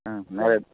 ஆ நேராக